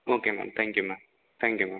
okay ma'am thank you ma'am thank you ma'am